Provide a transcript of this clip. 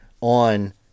on